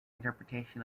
interpretation